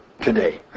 today